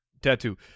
tattoo